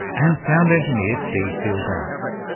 and sound engineer steve fieldhouse.